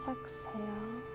Exhale